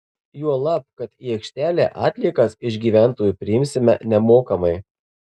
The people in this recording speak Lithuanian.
juolab kad į aikštelę atliekas iš gyventojų priimsime nemokamai